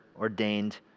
ordained